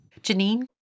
Janine